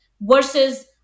versus